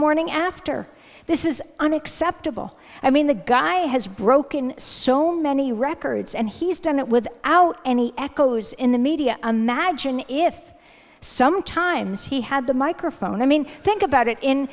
morning after this is unacceptable i mean the guy has broken so many records and he's done it with out any echoes in the media imagine if sometimes he had the microphone i mean think about it in